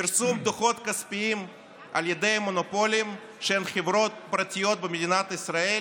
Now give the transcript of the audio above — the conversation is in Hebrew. פרסום דוחות כספיים על ידי מונופולים של חברות פרטיות במדינת ישראל